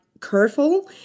careful